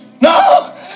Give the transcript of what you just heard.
No